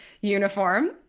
uniform